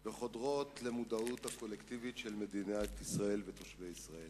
וחודרות למודעות הקולקטיבית של מדינת ישראל ותושבי ישראל,